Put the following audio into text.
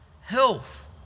Health